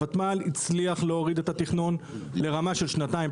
הותמ"ל הצליח להוריד את התכנון לרמה של שנתיים,